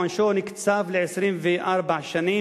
עונשו נקצב ל-24 שנים,